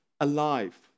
alive